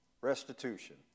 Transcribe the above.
restitution